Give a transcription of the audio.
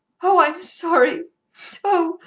oh, i'm sorry oh,